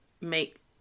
make